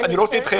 לא יותר